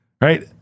right